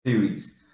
series